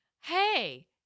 Hey